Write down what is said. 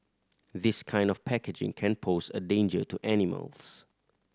this kind of packaging can pose a danger to animals